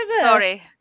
Sorry